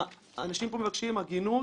אנשים פה מבקשים הגינות,